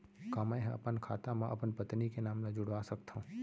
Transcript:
का मैं ह अपन खाता म अपन पत्नी के नाम ला जुड़वा सकथव?